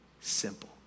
simple